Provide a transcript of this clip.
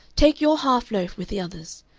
take your half loaf with the others.